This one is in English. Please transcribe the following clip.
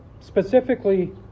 Specifically